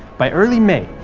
by early may,